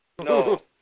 No